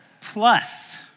Plus